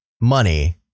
money